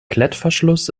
klettverschluss